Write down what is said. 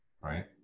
right